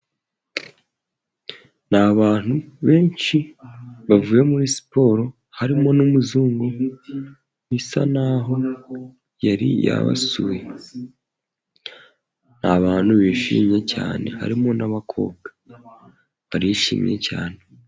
Ni abantu benshi bavuye muri siporo, harimo n'umuzungu bisa naho yari yabasuye ni abantu bishimye cyane, harimo n'abakobwa, barishimye cyane.